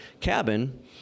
cabin